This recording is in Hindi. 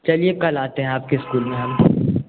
चलिए कल आते हैं आपके स्कूल में हम